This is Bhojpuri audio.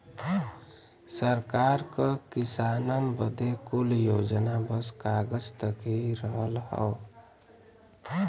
सरकार क किसानन बदे कुल योजना बस कागज तक ही रहल हौ